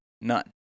None